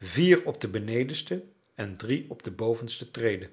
vier op de benedenste en drie op de bovenste